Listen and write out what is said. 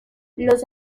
los